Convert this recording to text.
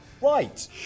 Right